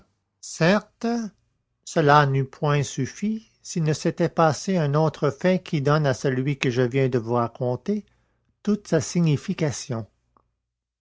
certes cela n'eût point suffi s'il ne s'était passé un autre fait qui donne à celui que je viens de vous raconter toute sa signification